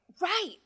Right